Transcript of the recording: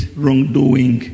wrongdoing